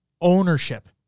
ownership